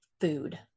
food